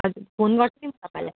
हजुर फोन गर्छु नि तपाईँलाई